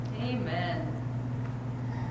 Amen